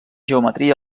geometria